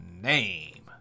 name